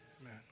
Amen